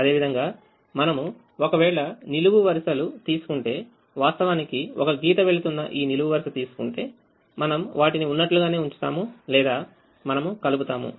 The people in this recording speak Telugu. అదే విధంగా మనము ఒకవేళనిలువు వరుసలు తీసుకుంటే వాస్తవానికి ఒక గీత వెళుతున్న ఈ నిలువు వరుస తీసుకుంటే మనం వాటిని ఉన్నట్లుగానే ఉంచుతాము లేదా మనము కలుపుతాము